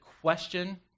question